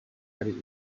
ari